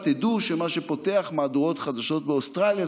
תדעו שמה שפותח מהדורות חדשות באוסטרליה זה